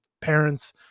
parents